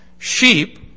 Sheep